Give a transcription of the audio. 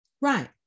Right